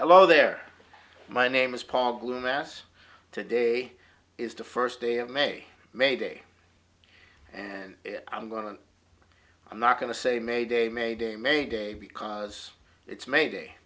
hello there my name is paul blue mass today is the first day of may may day and i'm going to i'm not going to say mayday mayday mayday because it's may day